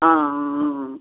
आं